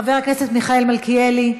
חבר הכנסת מיכאל מלכיאלי,